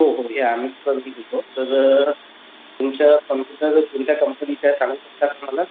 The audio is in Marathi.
हो हो या आम्हीच करून देतो जर तुमच्या कम्प्युटर कोणत्या कंपनीचा आहे सांगू शकता का मला